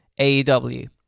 AEW